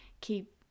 keep